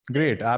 Great